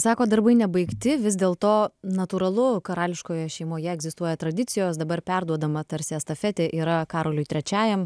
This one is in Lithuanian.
sakot darbai nebaigti vis dėlto natūralu karališkojoje šeimoje egzistuoja tradicijos dabar perduodama tarsi estafetė yra karoliui trečiajam